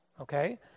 okay